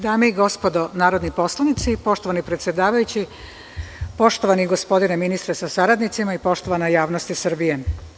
Dame i gospodo narodni poslanici, poštovani predsedavajući, poštovani gospodine ministre sa saradnicima i poštovana javnosti Srbije.